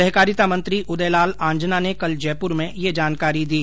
सहकारिता मंत्री उदय लाल आंजना ने कल जयपुर में यह जानकारी दी